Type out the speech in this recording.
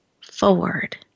forward